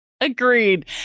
Agreed